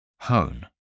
Hone